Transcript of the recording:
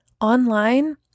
online